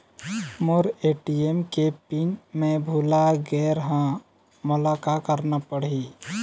मोर ATM के pin मैं भुला गैर ह, मोला का करना पढ़ही?